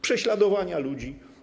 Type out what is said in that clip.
Prześladowania ludzi.